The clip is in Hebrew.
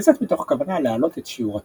וזאת מתוך כוונה להעלות את שיעור התמותה.